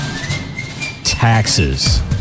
taxes